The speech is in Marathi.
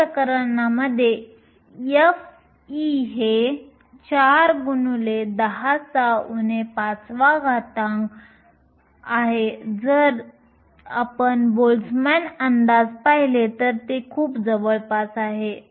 या प्रकरणात f हे 4 x 10 5 आहे आणि जर तुम्ही बोल्टझमॅन अंदाज पाहिले तर ते खूप जवळपास आहे